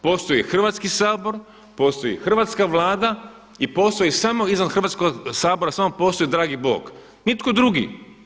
Postoji Hrvatski sabor, postoji hrvatska Vlada i postoji samo izvan Hrvatskog sabora samo postoji dragi Bog, nitko drugi.